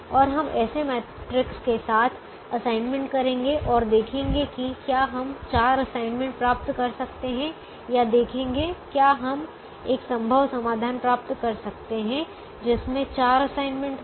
और हम ऐसे मैट्रिक्स के साथ असाइनमेंट करेंगे और देखेंगे कि क्या हम 4 असाइनमेंट प्राप्त कर सकते हैं या देखेंगे क्या हम एक संभव समाधान प्राप्त कर सकते हैं जिसमें 4 असाइनमेंट हो